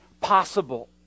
possible